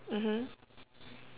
mmhmm